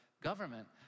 government